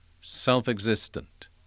self-existent